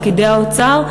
"פקידי האוצר".